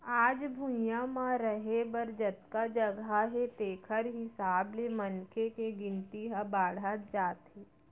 आज भुइंया म रहें बर जतका जघा हे तेखर हिसाब ले मनखे के गिनती ह बाड़हत जात हे